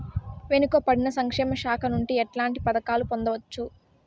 వెనుక పడిన సంక్షేమ శాఖ నుంచి ఎట్లాంటి పథకాలు పొందవచ్చు?